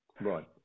Right